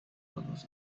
models